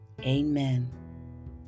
amen